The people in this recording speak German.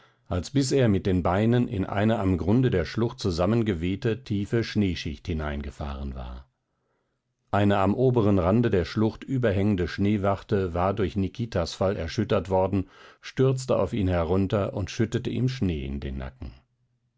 als bis er mit den beinen in eine am grunde der schlucht zusammengewehte tiefe schneeschicht hineingefahren war eine am oberen rande der schlucht überhängende schneewachte war durch nikitas fall erschüttert worden stürzte auf ihn herunter und schüttete ihm schnee in den nacken